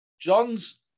John's